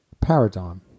paradigm